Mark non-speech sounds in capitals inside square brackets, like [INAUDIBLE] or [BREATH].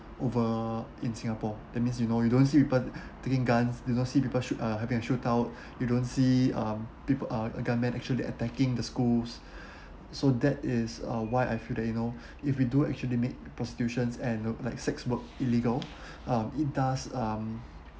over in singapore that means you know you don't see people [BREATH] taking guns you don't see people shoot uh having a shootout [BREATH] you don't see um people uh a gunman actually attacking the schools [BREATH] so that is uh why I feel that you know [BREATH] if we do actually make prostitutions and you know like sex work illegal [BREATH] um it does um